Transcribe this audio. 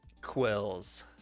quills